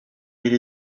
mais